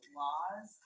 laws